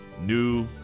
new